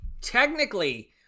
Technically